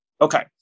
Okay